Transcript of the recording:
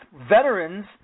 veterans